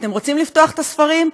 אתם רוצים לפתוח את הספרים?